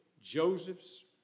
Joseph's